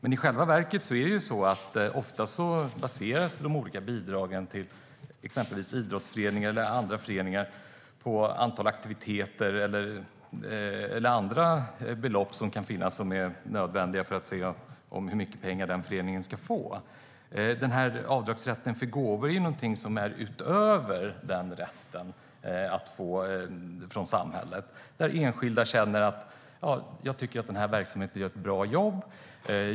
I själva verket baseras ofta de olika bidragen till exempelvis idrottsföreningar eller andra föreningar på antal aktiviteter eller belopp som kan finnas som är nödvändiga för att se hur mycket pengar en förening ska få. Avdragsrätten för gåvor är någonting som är utöver den rätten att få från samhället. Enskilda känner: Jag tycker att den här verksamheten gör ett bra jobb.